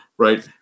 Right